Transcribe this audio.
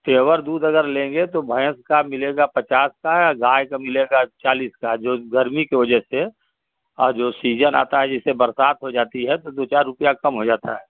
pure दूध अगर लेंगे तो भैंस का मिलेगा पचास का गाय का मिलेगा चालीस का जो गर्मी के वजह से है और जो सीजन आता है जैसे बरसात हो जाती है तो दो चार रुपया कम हो जाता है